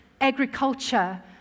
agriculture